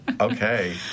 Okay